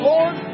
Lord